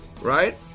Right